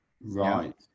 Right